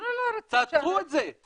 אנחנו לא רוצים ש --- תעצרו את זה.